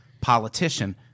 politician